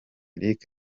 eric